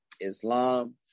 Islam